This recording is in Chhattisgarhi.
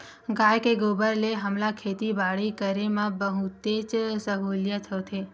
गाय के गोबर ले हमला खेती बाड़ी करे म बहुतेच सहूलियत होथे